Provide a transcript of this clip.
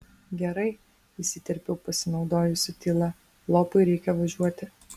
gerai įsiterpiau pasinaudojusi tyla lopui reikia važiuoti